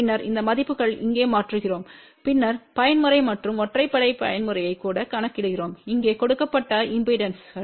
பின்னர் இந்த மதிப்புகளை இங்கே மாற்றுகிறோம் பின்னர் பயன்முறை மற்றும் ஒற்றைப்படை பயன்முறையை கூட கணக்கிடுகிறோம் இங்கே கொடுக்கப்பட்ட இம்பெடன்ஸ்கள்